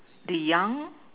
the young